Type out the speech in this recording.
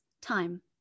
time